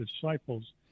disciples